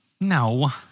No